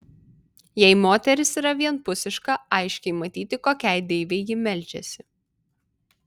jei moteris yra vienpusiška aiškiai matyti kokiai deivei ji meldžiasi